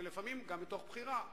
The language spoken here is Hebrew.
לפעמים גם מתוך בחירה,